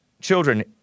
children